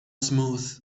smooth